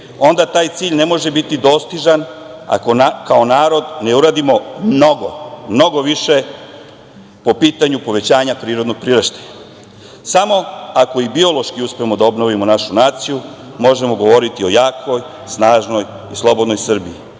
onda taj cilj ne može biti dostižan ako kao narod ne uradimo mnogo, mnogo više po pitanju povećanja priraštaja. Samo ako i biološki uspemo da obnovimo našu naciju možemo govoriti o jakoj, snažnoj i slobodnoj Srbiji.